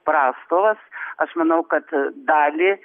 prastovas aš manau kad dalį